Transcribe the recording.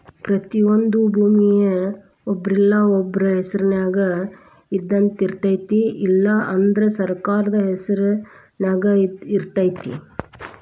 ಪ್ರತಿಯೊಂದು ಭೂಮಿಯ ಒಬ್ರಿಲ್ಲಾ ಒಬ್ರ ಹೆಸರಿನ್ಯಾಗ ಇದ್ದಯಿರ್ತೈತಿ ಇಲ್ಲಾ ಅಂದ್ರ ಸರ್ಕಾರದ ಹೆಸರು ನ್ಯಾಗ ಇರ್ತೈತಿ